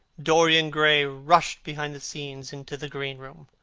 dorian gray rushed behind the scenes into the greenroom.